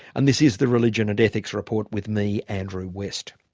and this is the religion and ethics report with me, andrew west